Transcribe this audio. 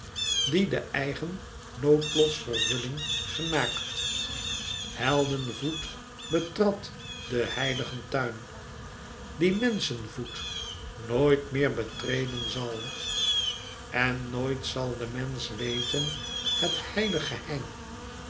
die de eigen noodlotsvervulling genaakt heldenvoet betrad den heiligen tuin dien menschen voet nooit meer betreden zal en nooit zal de mensch weten het heilig geheim